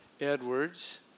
Edwards